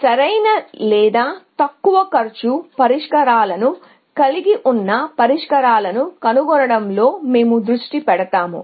అందుకు సరైన తక్కువ కాస్ట్ కలిగి ఉన్న పరిష్కారాలను కనుగొనడంలో మేము దృష్టి పెడతాము